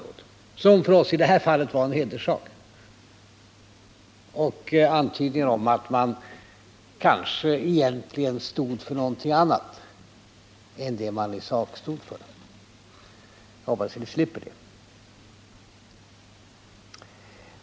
Det var för oss i detta fall en hederssak att ha samråd, och antydningar om att man kanske egentligen stod för någonting annat än det man i sak stod för hoppas jag vi slipper.